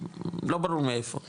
לא ברור מאיפה,